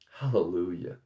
Hallelujah